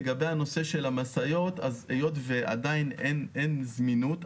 לגבי הנושא של המשאיות היות ועדיין אין זמינות,